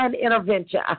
intervention